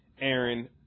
Aaron